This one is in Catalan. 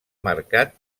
marcat